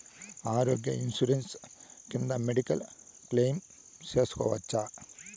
ఆరోగ్య ఇన్సూరెన్సు కింద medical claim సేసుకోవచ్చా?